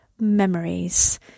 memories